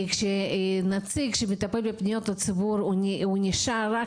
שכשנציג שמטפל בפניות הציבור נשאר רק